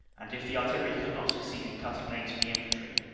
and if the artillery could not succeed in cutting lanes for the infantry,